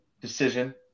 decision